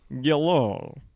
Yellow